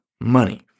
money